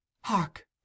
Hark